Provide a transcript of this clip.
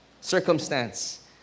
circumstance